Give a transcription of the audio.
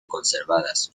conservadas